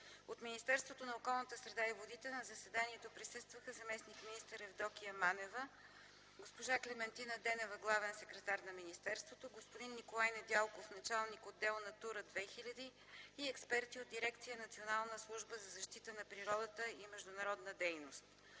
От Министерството на околната среда и водите на заседанието присъстваха: заместник-министър Евдокия Манева, госпожа Клементина Денева – главен секретар, господин Николай Недялков – началник на отдел „Натура 2000” и експерти от дирекции „Национална служба за защита на природата” и „Координация по